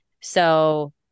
So-